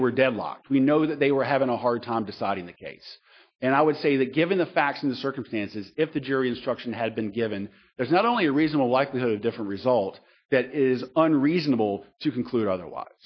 deadlocked we know that they were having a hard time deciding the case and i would say that given the facts and circumstances if the jury instruction had been given there's not only a reason a likelihood of different result that is unreasonable to conclude otherwise